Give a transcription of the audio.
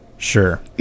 Sure